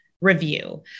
review